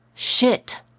Shit